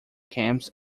camps